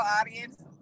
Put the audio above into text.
audience